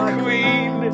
queen